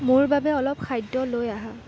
মোৰ বাবে অলপ খাদ্য লৈ আহা